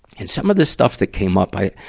and some of the stuff that came up, i,